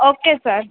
okay sir